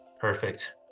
Perfect